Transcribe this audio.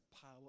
power